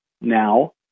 now